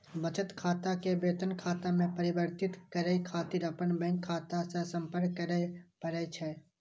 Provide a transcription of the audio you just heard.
बचत खाता कें वेतन खाता मे परिवर्तित करै खातिर अपन बैंक शाखा सं संपर्क करय पड़ै छै